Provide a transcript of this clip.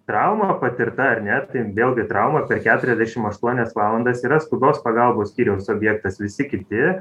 trauma patirta ar ne ten vėlgi trauma per keturiasdešim aštuonias valandas yra skubios pagalbos skyriaus objektas visi kiti